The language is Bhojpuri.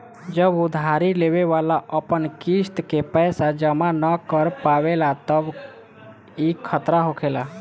जब उधारी लेवे वाला अपन किस्त के पैसा जमा न कर पावेला तब ई खतरा होखेला